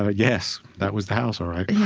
ah yes, that was the house, all right